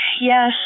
Yes